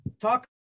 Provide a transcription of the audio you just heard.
talk